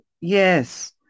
Yes